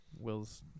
Will's